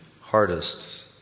hardest